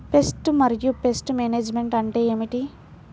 Pest మరియు pest management అంటే ఏమిటి?